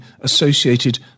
associated